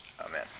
Amen